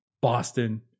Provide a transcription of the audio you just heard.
Boston